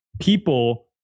people